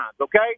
okay